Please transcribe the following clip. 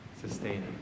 sustaining